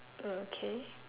okay